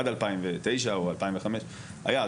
עד 2009 או 2005 היה,